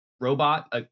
robot